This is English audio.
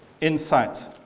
insight